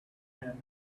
him